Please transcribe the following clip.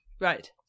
Right